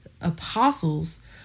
apostles